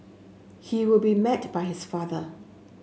he will be met by his father